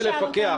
ולפקח